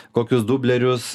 kokius dublerius